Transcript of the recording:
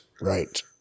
right